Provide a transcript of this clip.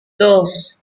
dos